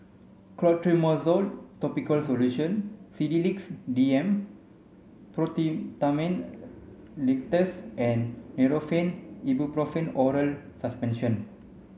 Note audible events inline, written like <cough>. Clotrimozole topical solution Sedilix D M <unintelligible> Linctus and Nurofen Ibuprofen Oral Suspension